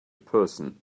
person